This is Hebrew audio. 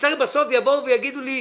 בסוף יבואו ויגידו לי: